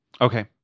Okay